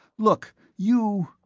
look, you,